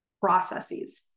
Processes